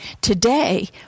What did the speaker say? Today